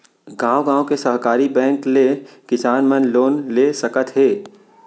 गॉंव गॉंव के सहकारी बेंक ले किसान मन लोन ले सकत हे